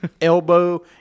elbow